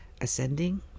ascending